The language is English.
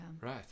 Right